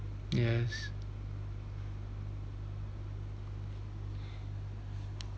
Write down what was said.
yes